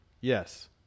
yes